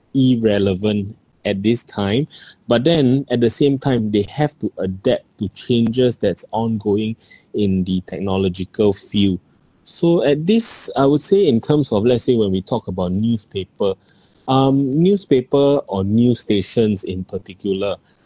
irrelevant at this time but then at the same time they have to adapt to changes that's ongoing in the technological field so at this I would say in terms of let's say when we talk about newspaper um newspaper or news stations in particular